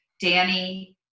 Danny